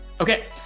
Okay